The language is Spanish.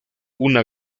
una